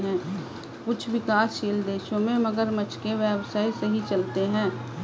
कुछ विकासशील देशों में मगरमच्छ के व्यवसाय सही चलते हैं